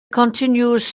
continues